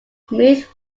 smooth